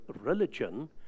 religion